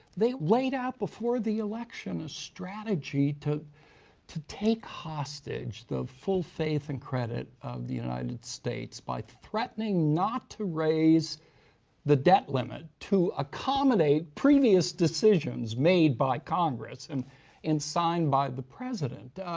they laid out before the election a strategy to to take hostage the full faith and credit of the united states by threatening not to raise the debt limit to accommodate previous decisions made by congress, and and signed by the president.